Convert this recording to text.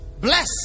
Bless